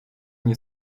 nie